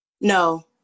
No